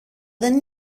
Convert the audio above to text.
δεν